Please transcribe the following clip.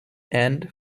and